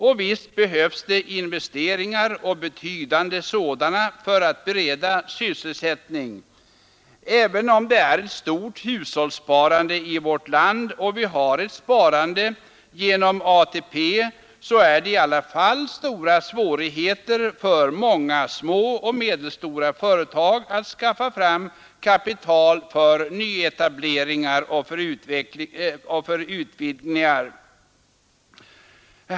Och visst behövs det investeringar, betydande sådana, för att bereda människor sysselsättning. Även om det är ett stort hushållssparande i vårt land och vi har ett sparande genom ATP, så är det i alla fall stora svårigheter för många små och medelstora företag att skaffa fram kapital för nyetableringar och för utvidgningar.